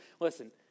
Listen